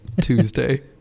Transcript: Tuesday